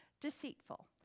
Deceitful